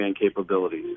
capabilities